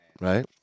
right